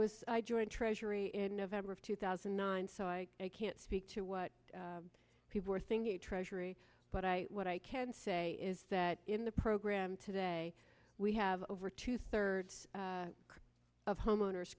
was i joined treasury in november of two thousand and nine so i can't speak to what people are thinking of treasury but i what i can say is that in the program today we have over two thirds of homeowners